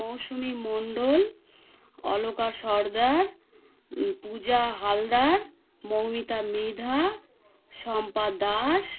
Mousumi Mondal Alaka Sardar Puja Haldar Moumita Mridha Shampa Das